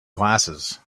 glasses